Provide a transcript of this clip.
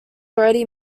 already